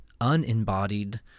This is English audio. unembodied